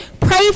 pray